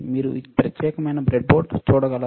మీరు ఈ ప్రత్యేకమైన బ్రెడ్బోర్డ్ చూడగలరా